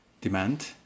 demand